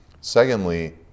Secondly